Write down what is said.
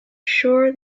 sure